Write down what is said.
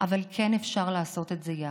אבל כן אפשר לעשות את זה יחד.